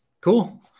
Cool